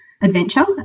adventure